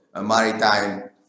maritime